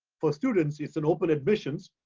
for students, it's an open admissions,